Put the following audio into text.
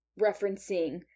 referencing